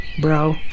Bro